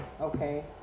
okay